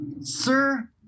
Sir